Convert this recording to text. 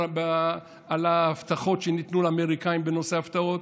על ההבטחות שניתנו לאמריקאים בנושא הפתעות.